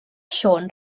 siôn